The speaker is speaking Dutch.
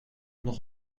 nog